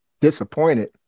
disappointed